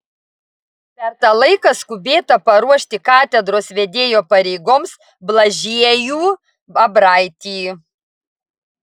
per tą laiką skubėta paruošti katedros vedėjo pareigoms blažiejų abraitį